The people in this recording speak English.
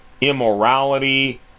immorality